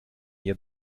ihr